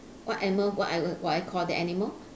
what animal what I will what I call the animal